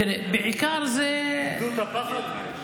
תראה, בעיקר זה, איבדו את הפחד?